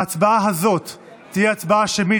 ההצבעה הזאת תהיה הצבעה שמית,